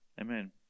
Amen